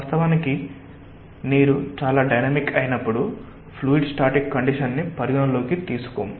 వాస్తవానికి నీరు చాలా డైనమిక్ అయినప్పుడు ఫ్లూయిడ్ స్టాటిక్ కండిషన్ ని పరిగణలోకి తీసుకోం